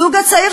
הזוג הצעיר,